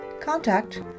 Contact